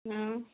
ହୁଁ